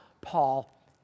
Paul